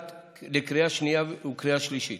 לקריאה שנייה וקריאה שלישית.